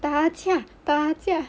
打架打架